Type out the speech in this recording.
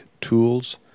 tools